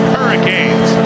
Hurricanes